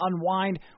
unwind